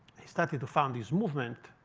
he started to found this movement.